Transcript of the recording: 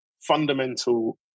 fundamental